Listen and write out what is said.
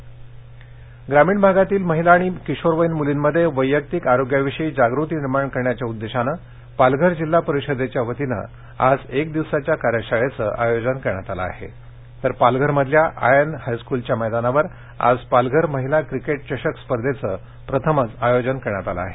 कार्यशाळा ग्रामीण भागातील महिला आणि किशोरवयीन मुलींमध्ये वैयक्तिक आरोग्याविषयी जागृती निर्माण करण्याच्या उद्देशानं पालघर जिल्हा परिषदेच्या वतीनं आज एक दिवसाच्या कार्यशाळेचं आयोजन करण्यात आलं आहे तर पालघरमधल्या आर्यन हायस्कूलच्या मैदानावर आज पालघर महिला क्रिकेट चषक स्पर्धेचं प्रथमच आयोजन करण्यात आलं आहे